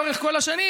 לאורך כל השנים,